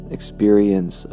experience